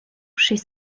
chez